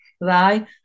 right